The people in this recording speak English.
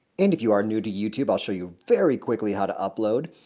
and if you are new to youtube i'll show you very quickly how to upload.